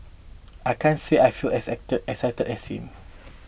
I can't say I feel as excited excited as him